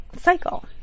cycle